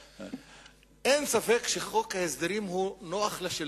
אין ספק שחוק ההסדרים נוח לשלטון,